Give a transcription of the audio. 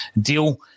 deal